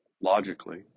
logically